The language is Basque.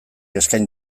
eskain